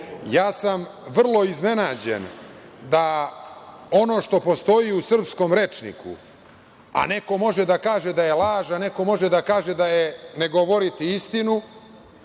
sam vrlo iznenađen da ono što postoji u srpskom rečniku, a neko može da kaže da je laž, neko može da kaže da je ne govoriti istinu,